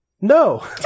No